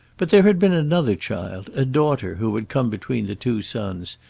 but there had been another child, a daughter, who had come between the two sons,